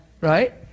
Right